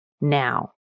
now